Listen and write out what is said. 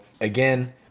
again